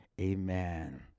Amen